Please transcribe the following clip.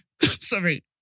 Sorry